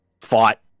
fought